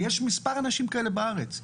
ויש מספר אנשים כאלה בארץ,